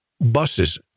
buses